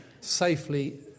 safely